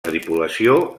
tripulació